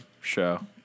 show